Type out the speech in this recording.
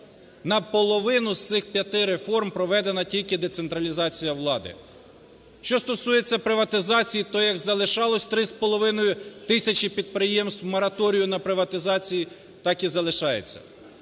Наполовину з цих п'яти реформ проведена тільки децентралізація влади. Що стосується приватизації, то як залишалось три з половиною тисячі підприємств мораторію на приватизацію, так залишається.